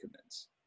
commence